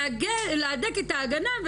להדק את ההגנה,